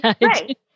Right